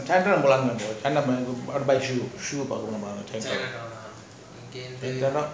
china town போலாம் நம்ம:polam namma china I want buy shoe shoe பாக்க போலாம்:paaka polam